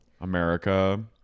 America